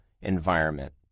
environment